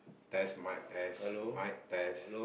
test mic test mic test